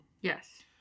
Yes